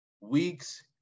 weeks